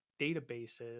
databases